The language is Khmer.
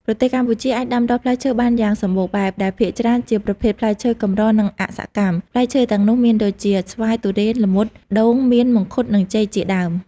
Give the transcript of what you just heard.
ប្រទេសកម្ពុជាអាចដាំដុះផ្លែឈើបានយ៉ាងសម្បូរបែប ដែលភាគច្រើនជាប្រភេទផ្លែឈើកម្រនិងអសកម្ម ។ ផ្លែឈើទាំងនោះមានដូចជា ស្វាយ ធូរេន ល្មុត ដូង មៀន មង្ឃុត និង ចេក ជាដើម។